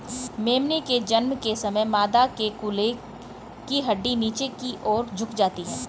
मेमने के जन्म के समय मादा के कूल्हे की हड्डी नीचे की और झुक जाती है